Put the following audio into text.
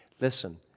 listen